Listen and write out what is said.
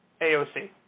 AOC